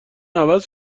عوض